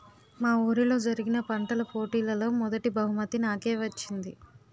మా వూరిలో జరిగిన పంటల పోటీలలో మొదటీ బహుమతి నాకే వచ్చింది